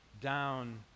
down